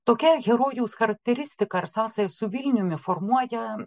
tokia herojaus charakteristika ir sąsaja su vilniumi formuoja